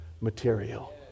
material